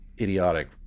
idiotic